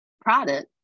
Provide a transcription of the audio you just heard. product